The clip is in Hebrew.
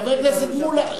חבר הכנסת מולה,